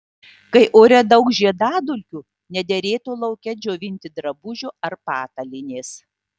kai ore daug žiedadulkių nederėtų lauke džiovinti drabužių ar patalynės